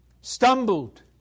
stumbled